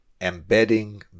embedding